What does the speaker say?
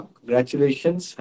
Congratulations